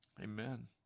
Amen